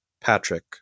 Patrick